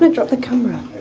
to drop the camera,